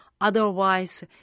Otherwise